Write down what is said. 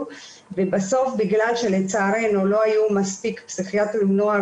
ובסוף בגלל שלצערנו לא היו מספיק פסיכיאטריים של נוער